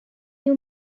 you